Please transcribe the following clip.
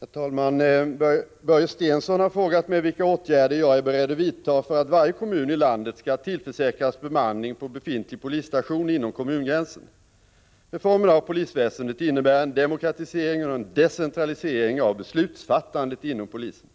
Herr talman! Börje Stensson har frågat mig vilka åtgärder jag är beredd att vidta för att varje kommun i landet skall tillförsäkras bemanning på befintlig polisstation inom kommungränsen. Reformen av polisväsendet innebär en demokratisering och en decentralisering av beslutsfattandet inom polisen.